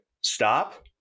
stop